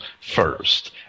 first